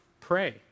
pray